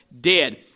dead